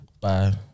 Bye